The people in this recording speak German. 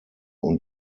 und